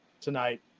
tonight